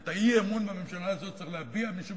ואת האי-אמון בממשלה הזאת צריך להביע משום